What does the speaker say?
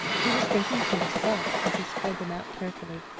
he was thinking to himself, as he spread them out carefully,